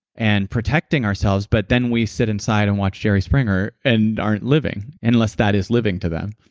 and protecting ourselves, but then we sit inside and watch jerry springer, and aren't living. unless that is living to them.